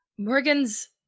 Morgan's